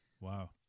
Wow